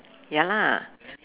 ya lah